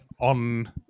on